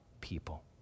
people